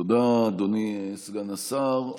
תודה רבה, אדוני סגן השר.